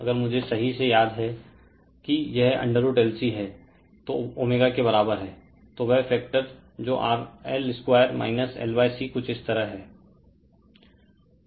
अगर मुझे सही से याद है कि यह√LC है तो ω के बराबर है तो वह फैक्टर जो RL2 LC कुछ इस तरह है